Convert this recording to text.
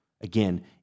again